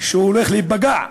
שהולך להיפגע,